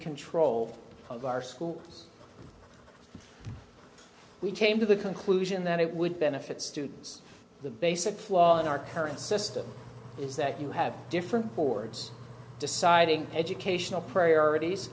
control of our schools we came to the conclusion that it would benefit students the basic flaw in our current system is that you have different boards deciding educational priorities